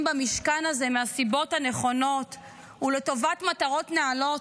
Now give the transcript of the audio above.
במשכן הזה מהסיבות הנכונות ולטובת מטרות נעלות,